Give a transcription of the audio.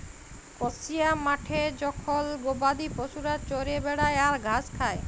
কসিয়া মাঠে জখল গবাদি পশুরা চরে বেড়ায় আর ঘাস খায়